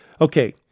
Okay